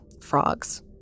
frogs